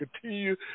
Continue